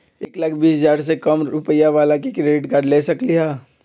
एक लाख बीस हजार के साल कम रुपयावाला भी क्रेडिट कार्ड ले सकली ह?